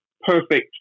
perfect